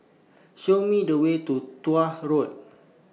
Show Me The Way to Tuah Road